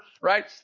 right